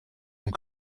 ont